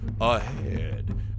ahead